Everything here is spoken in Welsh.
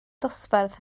dosbarth